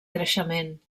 creixement